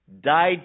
died